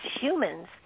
humans